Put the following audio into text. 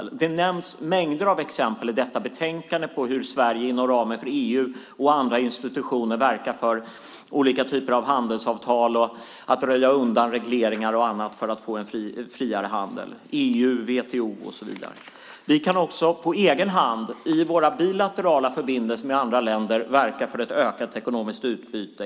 I betänkandet nämns mängder av exempel på hur Sverige inom ramen för EU, WTO och andra institutioner verkar för olika typer av handelsavtal och för att röja undan regleringar och annat för att få en friare handel. Vi kan också på egen hand i våra bilaterala förbindelser med andra länder verka för ett ökat ekonomiskt utbyte.